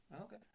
Okay